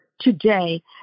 today